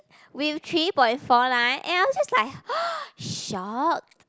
with three point four nine and I was just like shocked